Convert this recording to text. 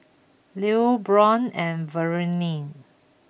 Lew Brion and Verlene